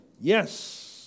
Yes